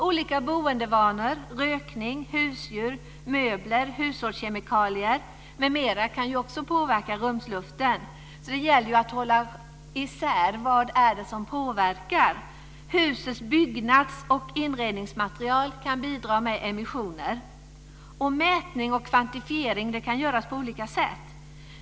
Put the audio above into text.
Olika boendevanor, rökning, husdjur, möbler, hushållskemikalier m.m., kan också påverka rumsluften. Det gäller att hålla isär vad det är som påverkar. Husets byggnads och inredningsmaterial kan bidra med emissioner. Mätning och kvantifiering kan göras på olika sätt.